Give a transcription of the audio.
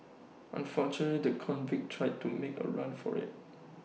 unfortunately the convict tried to make A run for IT